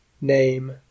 name